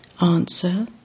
Answer